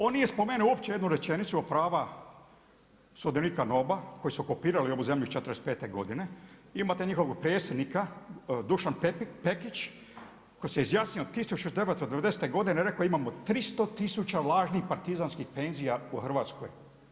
On nije spomenuo uopće jednu rečenicu a prava sudionika NOB-a koji su okupirali ovu zemlju '45. godine, imate njihovog predsjednika, Dušan Pekić, koji se izjasnio … godine je rekao imamo 300 tisuća lažnih partizanskih penzija u Hrvatskoj.